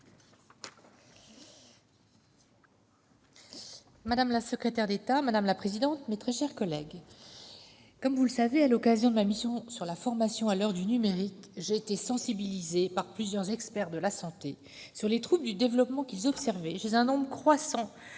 madame la secrétaire d'État, mes chers collègues, comme vous le savez, à l'occasion de ma mission sur la formation à l'heure du numérique, j'ai été sensibilisée par plusieurs experts de la santé aux troubles du développement qu'ils observaient chez un nombre croissant